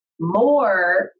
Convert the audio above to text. more